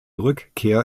rückkehr